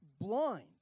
blind